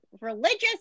religious